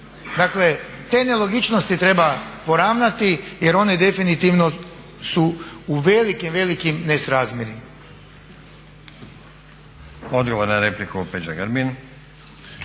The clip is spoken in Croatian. Dakle te nelogičnosti treba poravnati jer one definitivno su u velikim, velikim nesrazmjerima.